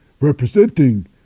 representing